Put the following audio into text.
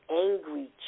angry